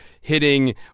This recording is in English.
hitting